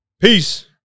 Peace